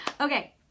Okay